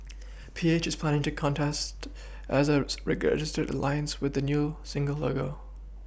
P H is planning to contest as a registered alliance with a new single logo